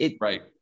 Right